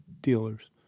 dealers